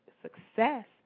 success